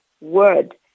Word